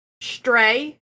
stray